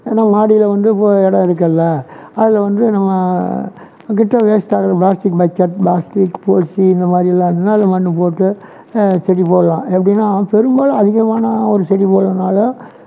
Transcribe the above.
மாடியில் வந்து இடம் இருக்குது அதில் அதை வந்து நம்ம கிட்ட வேஸ்ட்டாகுற பிளாஸ்டிக் பக்கெட் பிளாஸ்டிக் போசி இந்தமாதிரி எல்லாம் இருந்ததுனால் அதில் மண்ணைப் போட்டு செடி போடலாம் எப்படினா பெரும்பாலும் அதிகமான ஒரு செடி போடுவதுனால